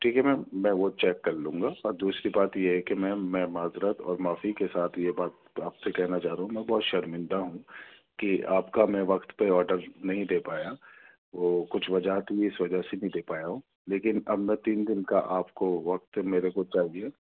ٹھیک ہے میم میں وہ چیک کر لوں گا اور دوسری بات یہ ہے کہ میم میں معزرت اور معافی کے ساتھ یہ بات آپ سے کہنا چاہ رہا ہوں میں بہت شرمندہ ہوں کہ آپ کا میں وقت پہ آڈر نہیں دے پایا وہ کچھ وجہ تھی اس وجہ سے نہیں دے پایا ہوں لیکن اب میں تین دن کا آپ کو وقت میرے کو چاہیے